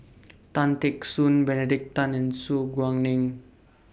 Tan Teck Soon Benedict Tan and Su Guaning